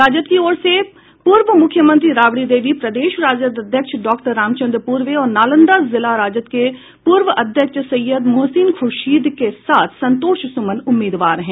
राजद की ओर से पूर्व मुख्यमंत्री राबड़ी देवी प्रदेश राजद अध्यक्ष डॉक्टर रामचंद्र पूर्वे और नालंदा जिला राजद के पूर्व अध्यक्ष सैय्यद मोहसिन खुर्शीद के साथ संतोष सुमन उम्मीदवार हैं